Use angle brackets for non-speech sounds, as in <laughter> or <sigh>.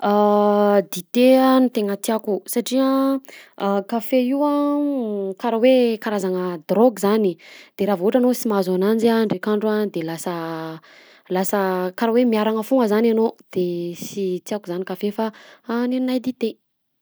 <hesitation> Dite a tena tiàko satria kafe io a karaha hoe karazagna drogue zany e de raha vao ohatra anao sy mahazo ananjy draika andro a de lasa lasa karaha hoe miarana foagna zany enao de sy tiàko zany kafe fa ninahy dite.